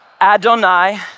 Adonai